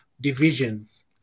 divisions